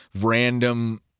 random